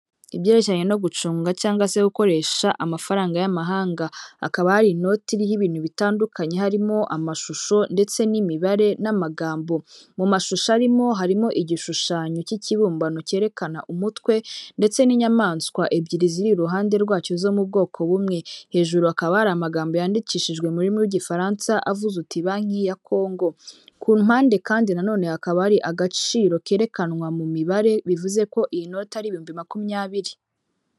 Ibyerekeranye no gucunga cyangwa se gukoresha amafaranga y'amahanga, hakaba hari inoti y'ibintu bitandukanye harimo amashusho ndetse n'imibare n'amagambo, mu mashusho arimo harimo igishushanyo k'ikibumbano kerekana umutwe ndetse n'inyamaswa ebyiri ziri iruhande rwacyo zo mu bwoko bumwe, hejuru hakaba hari amagambo yandikishijwe mu rurimi rw'Igifaransa avuze ati:"banki ya Congo." Ku mpande kandi nano hakaba ari agaciro kerekanwa mu mibare bivuze ko iyi noti ari ibihumbi makumyabiri.